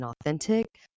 authentic